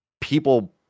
people